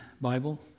Bible